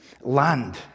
land